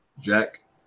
Jack